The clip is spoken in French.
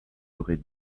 aurais